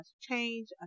change